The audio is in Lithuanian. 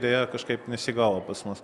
idėja kažkaip nesigavo pas mus